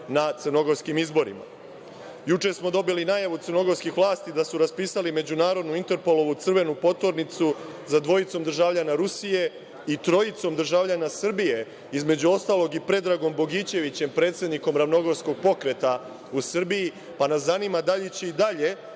na crnogorskim izborima. Juče smo dobili najavu crnogorskih vlasti da su raspisali međunarodnu Interpolovu crvenu poternicu za dvojicom državljana Rusije i trojicom državljana Srbije, između ostalog, i Predragom Bogićevićem, predsednikom Ravnogorskog pokreta u Srbiji, pa nas zanima da li će i dalje